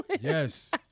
Yes